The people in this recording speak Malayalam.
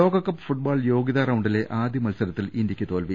ലോകകപ്പ് ഫുട്ബോൾ യോഗ്യതാ റൌണ്ടിലെ ആദ്യ മത്സരത്തിൽ ഇന്ത്യക്ക് തോൽവി